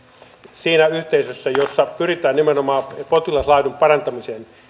siinä yhteisössä jossa pyritään nimenomaan potilaslaadun parantamiseen